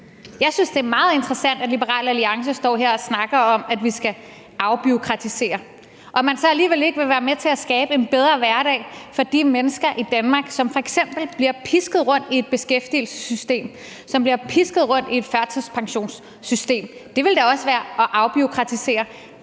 Jeg synes, at det er meget interessant, at Liberal Alliance står her og snakker om, at vi skal afbureaukratisere, og at man så alligevel ikke vil være med til at skabe en bedre hverdag for de mennesker i Danmark, som f.eks. bliver pisket rundt i et beskæftigelsessystem, og som bliver pisket rundt i et førtidspensionssystem. Det ville da også være at afbureaukratisere.